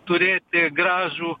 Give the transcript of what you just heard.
turėti gražų